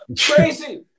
Crazy